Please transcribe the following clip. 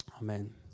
amen